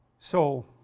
so,